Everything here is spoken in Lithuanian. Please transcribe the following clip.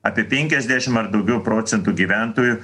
apie penkiasdešim ar daugiau procentų gyventojų